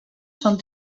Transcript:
són